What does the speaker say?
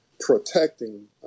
protecting